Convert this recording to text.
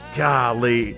golly